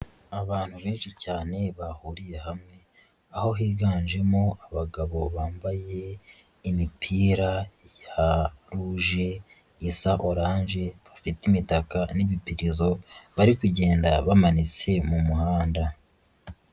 Abantu benshi cyane bahuriye hamwe, aho higanjemo abagabo bambaye imipira ya ruje, isa n'oranje, bafite imitaka n'ibipirizo, bari kugenda bamanitse mu muhanda.